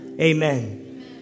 Amen